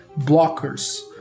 blockers